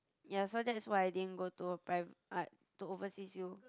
ya so that's why I didn't go to a private I to overseas you